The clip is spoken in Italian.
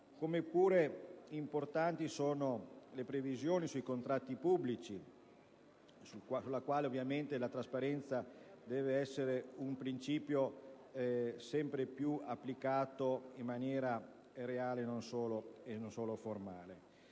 modo sono importanti le previsioni sui contratti pubblici, sulle quali ovviamente la trasparenza deve essere un principio sempre più applicato in maniera reale e non solo formale.